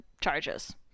charges